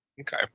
Okay